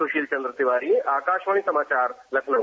सुशील चंद्र तिवारी आकाशवाणी समाचार लखनऊ